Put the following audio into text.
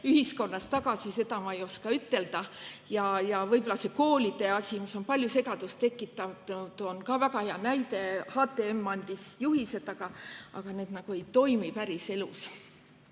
ühiskonnas tagasi, seda ma ei oska ütelda. Võib-olla see koolide asi, mis on palju segadust tekitanud, on väga hea näide. HTM andis juhised, aga need ei toimi